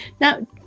Now